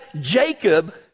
Jacob